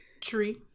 Tree